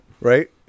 right